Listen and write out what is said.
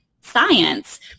science